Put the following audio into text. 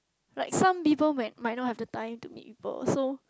like some people might might not have the time to meet people so